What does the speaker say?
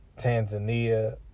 Tanzania